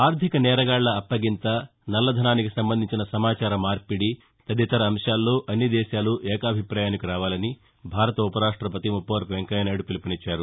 ఆర్టిక నేరగాళ్ల అప్పగింత నల్లధనానికి సంబంధించిన సమాచార మార్పిడి తదితర అంశాల్లో అన్ని దేశాలు ఏకాభిపాయానికి రావాలని భారత ఉపరాష్టపతి ముప్పవరపు వెంకయ్యనాయుడు పిలుపునిచ్చారు